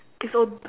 it's ob~